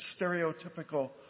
stereotypical